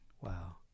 Wow